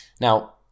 now